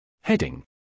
Heading